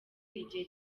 igihe